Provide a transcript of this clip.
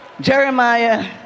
jeremiah